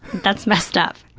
that's messed up.